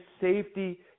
safety